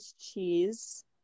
cheese